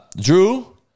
Drew